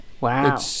Wow